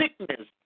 sickness